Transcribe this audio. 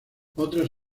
otras